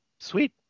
sweet